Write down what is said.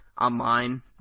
online